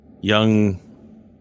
young